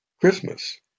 Christmas